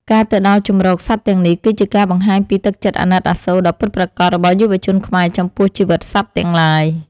ការទៅដល់ជម្រកសត្វទាំងនេះ គឺជាការបង្ហាញពីទឹកចិត្តអាណិតអាសូរដ៏ពិតប្រាកដរបស់យុវជនខ្មែរចំពោះជីវិតសត្វទាំងឡាយ។